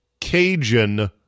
Cajun